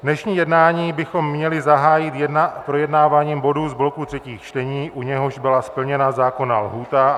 Dnešní jednání bychom měli zahájit projednáváním bodu z bloku třetích čtení, u něhož byla splněna zákonná lhůta.